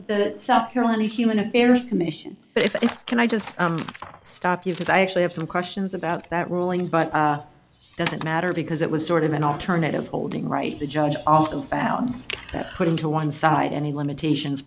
the south carolina human affairs commission if i can i just stop you because i actually have some questions about that ruling but it doesn't matter because it was sort of an alternative holding right the judge also found that putting to one side any limitations